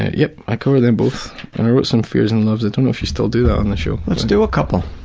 yep, i covered them both and wrote some fears and loves. i don't know if you still do that on the show. let's do a couple.